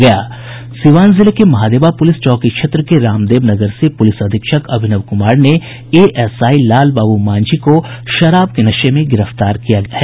सीवान जिले के महादेवा पुलिस चौकी क्षेत्र के रामदेव नगर से पुलिस अधीक्षक अभिनव कुमार ने एएसआई लाल बाबू मांझी को शराब के नशे में गिरफ्तार किया है